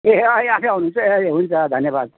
ए अँ आफै आउनुहुन्छ ए हुन्छ धन्यवाद